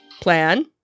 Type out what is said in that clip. plan